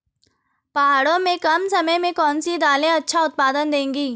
पहाड़ों में कम समय में कौन सी दालें अच्छा उत्पादन देंगी?